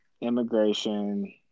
immigration